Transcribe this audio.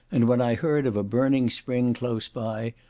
and when i heard of a burning spring close by,